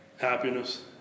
Happiness